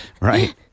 Right